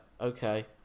okay